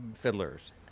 fiddlers